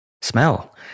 smell